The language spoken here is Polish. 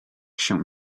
się